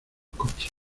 coches